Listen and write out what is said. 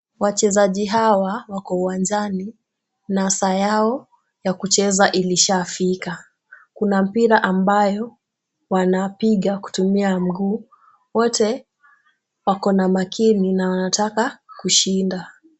Wachezaji hawa wako uwanjani na saa yao ya kucheza ilishafika. Kuna mpira ambayo wanapiga kutumia mguu. Wote wako na makini na wanataka kushinda.